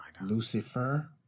Lucifer